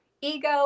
ego